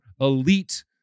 elite